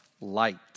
light